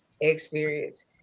experience